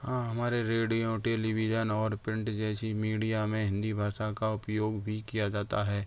हाँ हमारे radio television और प्रिंट जैसी मीडिया में हिंदी भाषा का उपयोग भी किया जाता है